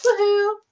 Woohoo